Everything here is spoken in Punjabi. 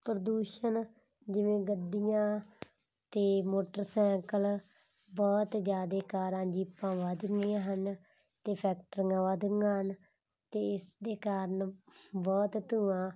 ਪ੍ਰਦੂਸ਼ਣ ਜਿਵੇਂ ਗੱਡੀਆਂ ਅਤੇ ਮੋਟਰਸਾਈਕਲ ਬਹੁਤ ਜ਼ਿਆਦਾ ਕਾਰਾਂ ਜੀ ਜੀਪਾਂ ਵੱਧ ਗਈਆਂ ਹਨ ਅਤੇ ਫੈਕਟਰੀਆਂ ਵੱਧ ਗਈਆਂ ਹਨ ਅਤੇ ਇਸ ਦੇ ਕਾਰਨ ਬਹੁਤ ਧੂਆਂ